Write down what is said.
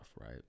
right